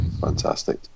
fantastic